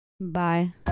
Bye